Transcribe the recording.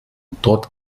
dort